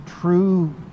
true